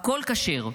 הכול כשר,